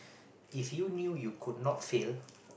if you knew you could not fail